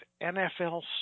NFL